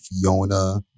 Fiona